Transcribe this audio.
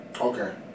Okay